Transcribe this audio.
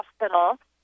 hospital